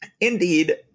indeed